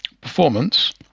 performance